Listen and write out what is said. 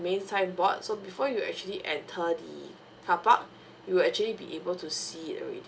main sign board so before you actually enter the carpark you will actually be able to see it already